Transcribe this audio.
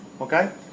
Okay